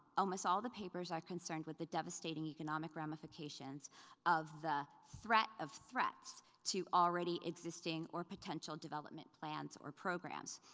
almost all the papers are concerned with the devastating economic ramifications of the threat of threats to already existing or potential development plans or programs.